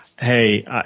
hey